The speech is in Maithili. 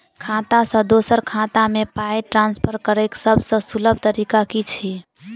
खाता सँ दोसर खाता मे पाई ट्रान्सफर करैक सभसँ सुलभ तरीका की छी?